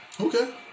Okay